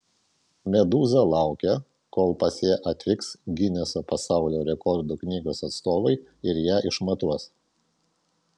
medūza laukia kol pas ją atvyks gineso pasaulio rekordų knygos atstovai ir ją išmatuos